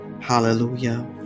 Hallelujah